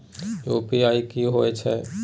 UPI की होय छै?